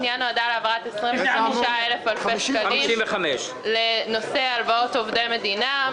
הפנייה נועדה להעברת 25 אלפי שקלים לנושא הלוואות עובדי מדינה.